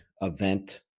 event